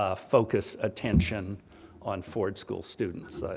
ah focused attention on ford school students.